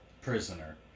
prisoner